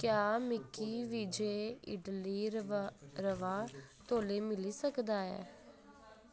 क्या मिगी विजय इडली रवा रवा तौले मिली सकदा ऐ